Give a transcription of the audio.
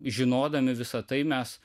žinodami visa tai mes